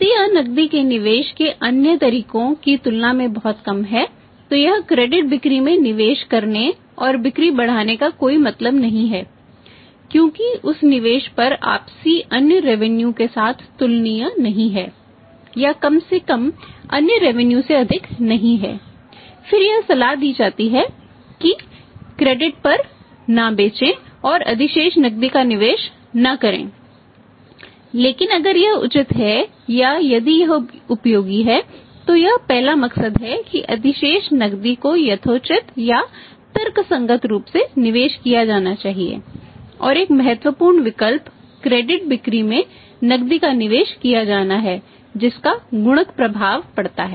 यदि यह नकदी के निवेश के अन्य तरीकों की तुलना में बहुत कम है तो यह क्रेडिट बिक्री में नकदी का निवेश किया जाना है जिसका गुणक प्रभाव पड़ता है